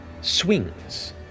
swings